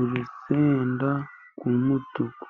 Urusenda ry'umutuku,